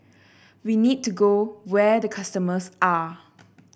we need to go where the customers are